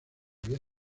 había